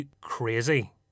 crazy